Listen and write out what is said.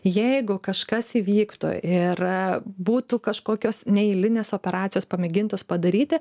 jeigu kažkas įvyktų ir būtų kažkokios neeilinės operacijos pamėgintos padaryti